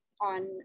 on